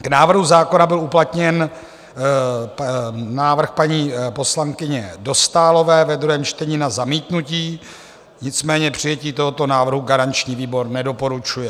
K návrhu zákona byl uplatněn návrh paní poslankyně Dostálové ve druhém čtení na zamítnutí, nicméně přijetí tohoto návrhu garanční výbor nedoporučuje.